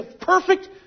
perfect